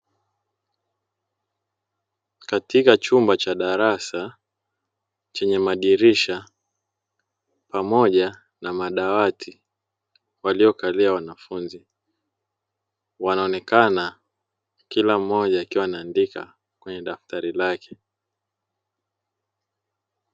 Katika chumba cha darasa chenye madirisha pamoja na madawati waliokalia wanafunzi; wanaonekana kila mmoja akiwa anaandika kwenye daftari lake.